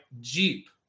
Jeep